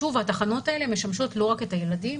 שוב, התחנות האלה משמשות לא רק את הילדים.